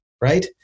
right